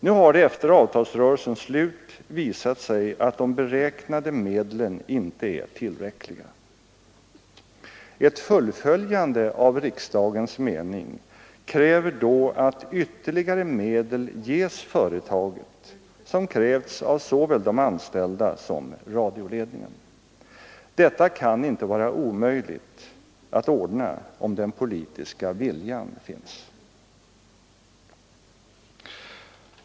Nu har det efter avtalsrörelsens slut visat sig att de beräknade medlen inte är tillräckliga. Ett fullföljande av riksdagens mening kräver då att ytterligare medel ges företaget, som krävts av såväl de anställda som radioledningen. Detta kan inte vara omöjligt att ordna om den politiska viljan finns.